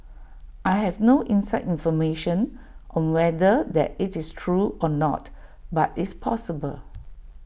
I have no inside information on whether that IT is true or not but it's possible